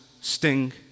sting